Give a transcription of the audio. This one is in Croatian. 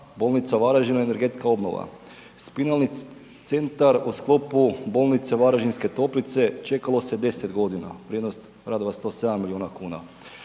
bolnica u Varaždinu, energetska obnova, spinalni centar u sklopu bolnice Varaždinske toplice čekalo se 10 godina, vrijednost radova 107 milijuna kuna.